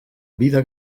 vida